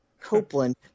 copeland